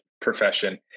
profession